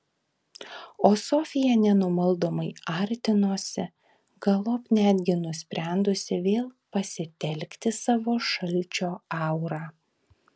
o sofija nenumaldomai artinosi galop netgi nusprendusi vėl pasitelkti savo šalčio aurą